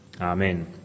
Amen